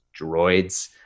droids